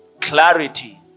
clarity